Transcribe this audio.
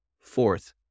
Fourth